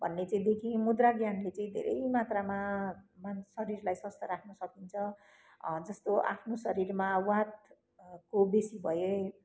भन्ने चाहिँ देखेँ मुद्रा ज्ञानले चाहिँ धेरै मात्रामा मानिस शरीरलाई स्वस्थ राख्न सकिन्छ जस्तो आफ्नो शरीरमा वाहातको बेसी भए